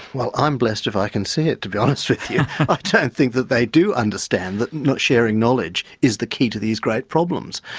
well i'm blessed if i can see it, to be honest with you. i don't and think that they do understand that not sharing knowledge is the key to these great problems.